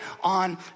on